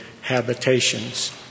habitations